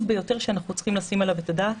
ביותר שאנחנו צריכים לתת עליו את הדעת.